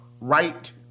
right